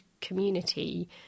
community